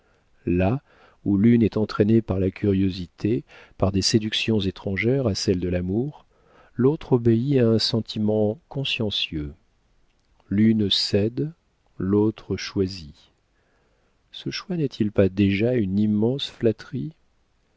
là où l'une est entraînée par la curiosité par des séductions étrangères à celles de l'amour l'autre obéit à un sentiment consciencieux l'une cède l'autre choisit ce choix n'est-il pas déjà une immense flatterie